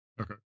Okay